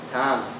time